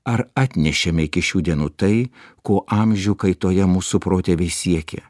ar atnešėme iki šių dienų tai ko amžių kaitoje mūsų protėviai siekė